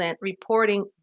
reporting